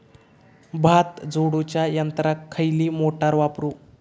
भात झोडूच्या यंत्राक खयली मोटार वापरू?